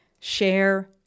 share